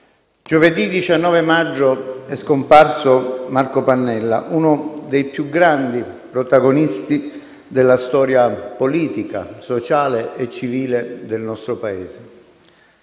giovedì 19 maggio è scomparso Marco Pannella, uno dei più grandi protagonisti della storia politica, sociale e civile del nostro Paese.